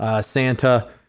Santa